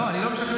לא, אני לא משכנע.